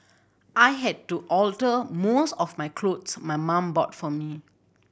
I had to alter most of my clothes my mum bought for me